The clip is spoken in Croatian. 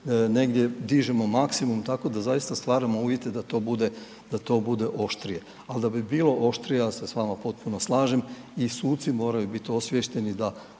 negdje dižemo maksimum. Tako da zaista stvaramo uvjete da to bude oštrije. Ali da bi bilo oštrije, ja se s vama potpuno slažem i suci moraju biti osviješteni da